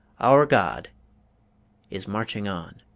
our god is marching on.